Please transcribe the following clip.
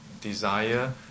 desire